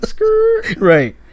Right